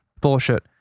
Bullshit